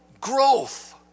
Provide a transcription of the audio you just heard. growth